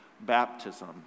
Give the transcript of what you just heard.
baptism